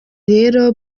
rero